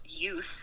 youth